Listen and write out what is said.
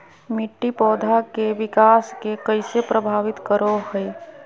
मिट्टी पौधा के विकास के कइसे प्रभावित करो हइ?